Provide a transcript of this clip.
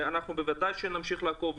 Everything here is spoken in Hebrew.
בוודאי שאנחנו נמשיך לעקוב.